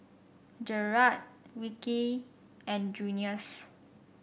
Jerrad Wilkie and Junious